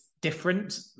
different